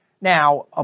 Now